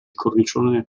cornicione